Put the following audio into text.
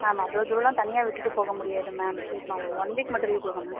ma'am அவ்வளோ தூரம் எல்லாம் தனியாக விட்டுட்டு போக முடியாது மேம் ப்ளீஸ் மேம் ஒரு ஒன் வீக் மட்டும் லீவு கொடுங்க மேம்